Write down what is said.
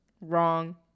Wrong